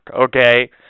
okay